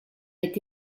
est